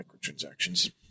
microtransactions